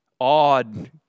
odd